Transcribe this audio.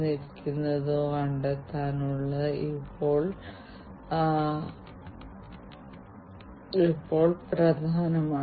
അതുപോലെ ഗതാഗതത്തിലും ഗതാഗതത്തിലും പൊതുവേ ഹൈവേ ഗതാഗതം ഏതൊരു രാജ്യത്തിന്റെയും സിരയുടെ തരമാണ്